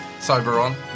Soberon